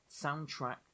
soundtrack